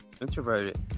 introverted